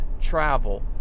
travel